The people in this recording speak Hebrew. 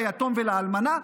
ליתום ולאלמנה,